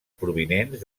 provinents